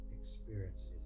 experiences